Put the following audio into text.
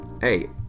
hey